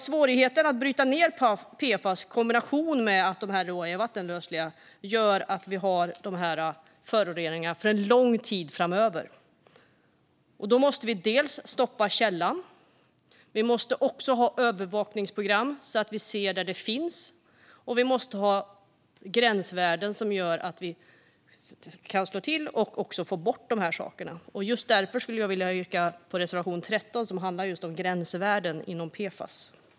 Svårigheten att bryta ned PFAS-ämnen i kombination med att de är vattenlösliga gör alltså att vi har de här föroreningarna för en lång tid framöver. Därför måste vi dels stoppa källan, dels ha övervakningsprogram så att vi ser var det finns. Vi måste också ha gränsvärden som gör att vi kan slå till och få bort de här sakerna. Därför vill jag yrka bifall till reservation 13 som handlar just om gränsvärden inom PFAS.